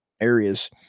areas